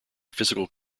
physical